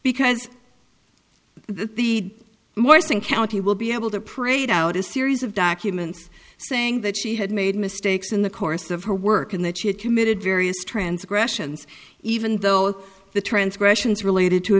because the morse in county will be able to prate out a series of documents saying that she had made mistakes in the course of her work and that she had committed various transgressions even though the transgressions related to a